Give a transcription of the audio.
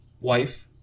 wife